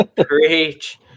Preach